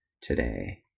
today